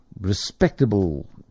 respectable